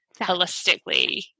holistically